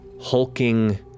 hulking